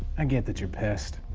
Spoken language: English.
and get that you're pissed.